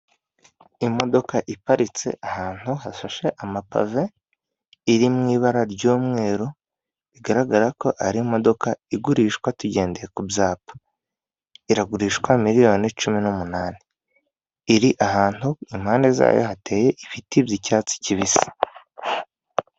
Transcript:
Icyapa kigaragaza ko umuvuduko ari uwa mirongo itandatu. Ishusho yacyo ni umuzenguruko, ni umuzenguruko w'umutuku imbere ni ibara ry'umweru ibyanditsemo ni umukara, inyuma y'icyapa gifite ni bagarawundi y'umweru.